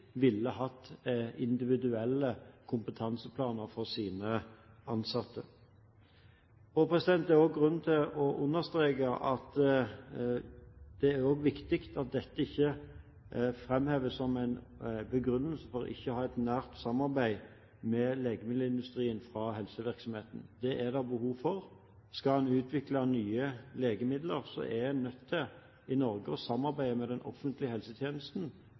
ville hatt individuelle kompetanseplaner for sine ansatte. Det er også grunn til å understreke at det også er viktig at dette ikke framheves som en begrunnelse for ikke å ha et nært samarbeid med legemiddelindustrien fra helsevirksomheten. Det er det behov for. Skal en utvikle nye legemidler, er en i Norge nødt til å samarbeide med den offentlige helsetjenesten